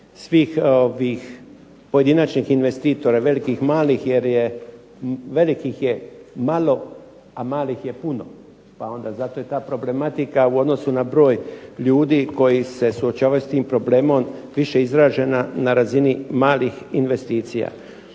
ovih pojedinačnih investitora, velikih malih, jer je velikih je malo, a malih je puno pa onda zato je ta problematika u odnosu na broj ljudi koji se suočavaju s tim problemom više izražena na razini malih investicija.